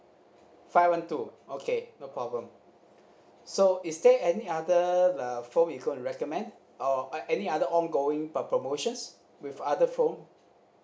five one two okay no problem so is there any other uh phone you could recommend or uh any other ongoing uh promotions with other phone